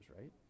right